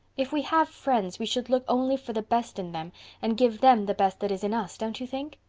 if we have friends we should look only for the best in them and give them the best that is in us, don't you think?